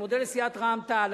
אני מודה לסיעת רע"ם-תע"ל,